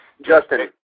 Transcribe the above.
Justin